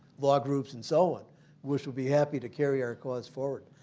law groups and so on which would be happy to carry our cause forward.